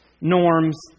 norms